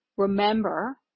Remember